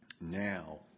now